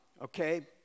okay